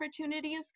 opportunities